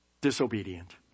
disobedient